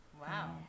wow